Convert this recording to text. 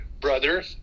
brother